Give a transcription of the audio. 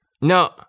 No